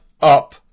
up